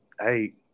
Hey